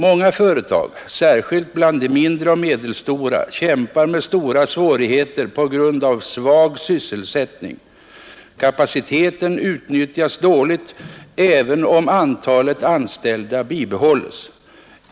Många företag — särskilt bland de mindre och medelstora — kämpar med stora svårigheter på grund av svag sysselsättning. Kapaciteten utnyttjas dåligt även om antalet anställda bibehålles.